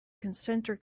concentric